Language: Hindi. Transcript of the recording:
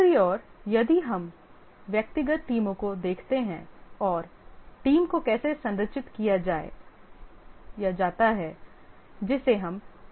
दूसरी ओर यदि हम व्यक्तिगत टीमों को देखते हैं और टीम को कैसे संरचित किया जाता है जिसे हम टीम संरचना कहते हैं